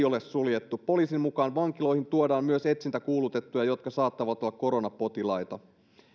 ole suljettu poliisin mukaan vankiloihin tuodaan myös etsintäkuulutettuja jotka saattavat olla koronapotilaita